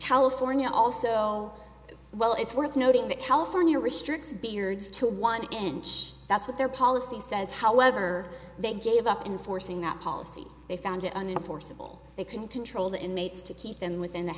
california also well it's worth noting that california restricts beards to one inch that's what their policy says however they gave up in forcing that policy they found it on a forcible they can control the inmates to keep them within the